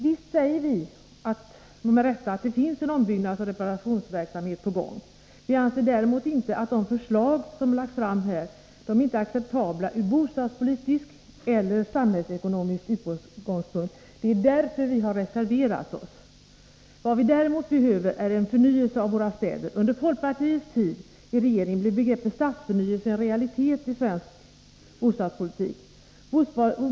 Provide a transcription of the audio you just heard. Visst säger vi, med rätta, att det finns en ombyggnadsoch reparationsverksamhet på gång. Vi anser däremot inte att de förslag som här har lagts fram är acceptabla från bostadspolitisk eller samhällsekonomisk utgångspunkt. Det är därför som vi har reserverat oss. Vad vi behöver är en förnyelse av våra städer. Under folkpartiets tid i regeringen blev begreppet stadsförnyelse en realitet i svensk bostadspolitik.